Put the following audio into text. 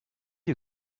you